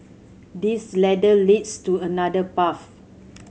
this ladder leads to another path